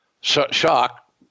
shock